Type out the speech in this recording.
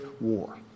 war